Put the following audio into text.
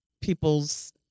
people's